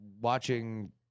watching